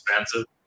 expensive